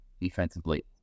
defensively